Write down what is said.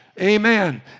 amen